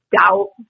doubt